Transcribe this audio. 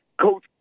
Coach